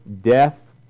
death